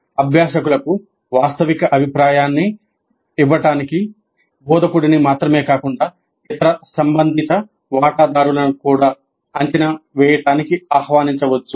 అభ్యాసకులకు వాస్తవిక అభిప్రాయాన్ని ఇవ్వడానికి బోధకుడిని మాత్రమే కాకుండా ఇతర సంబంధిత వాటాదారులను కూడా అంచనా వేయడానికి ఆహ్వానించవచ్చు